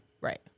Right